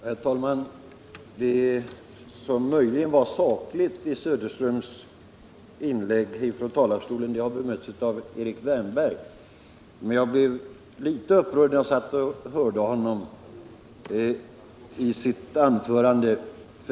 Herr talman! Det som möjligen var sakligt i herr Söderströms inlägg från talarstolen har bemötts av Erik Wärnberg. Jag blev litet upprörd när jag lyssnade på herr Söderströms anförande.